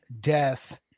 death